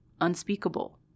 unspeakable